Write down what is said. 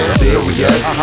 serious